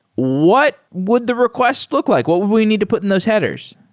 what would the request look like? what would we need to put in those headers?